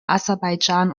aserbaidschan